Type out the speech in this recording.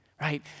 right